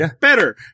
better